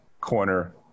corner